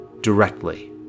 directly